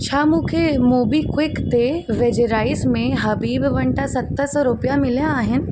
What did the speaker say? छा मूंखे मोबीक्विक ते वेझराई में हबीब वटां सत सौ रुपया मिलिया आहिनि